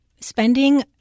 spending